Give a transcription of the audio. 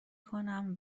کنم